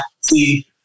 see